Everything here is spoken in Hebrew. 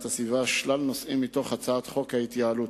הסביבה שלל נושאים מתוך הצעת חוק ההתייעלות.